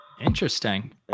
Interesting